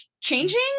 changing